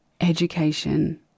education